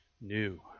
new